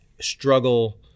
struggle